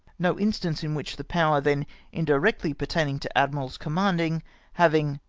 no instance in which the power then indirectly pertainmg to admirals commanding having,